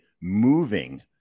moving